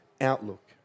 outlook